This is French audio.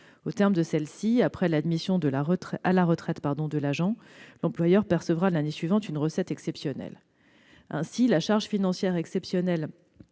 Au terme de celle-ci, après l'admission à la retraite de l'agent, l'employeur percevra l'année suivante une recette exceptionnelle. Ainsi, la charge financière exceptionnelle